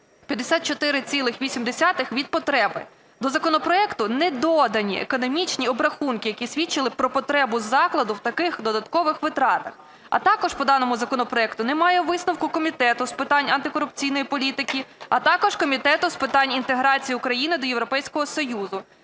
54,8 від потреби. До законопроекту не додані економічні обрахунки, які свідчили б про потребу закладу в таких додаткових витратах. А також по даному законопроекту немає висновку Комітету з питань антикорупційної політики, а також Комітету з питань інтеграції України до Європейського Союзу,